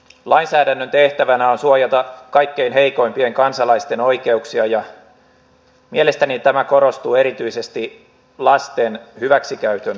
lainsäädännön tehtävänä on suojata kaikkein heikoimpien kansalaisten oikeuksia ja mielestäni tämä korostuu erityisesti lasten hyväksikäytön osalta